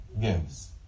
gives